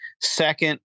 second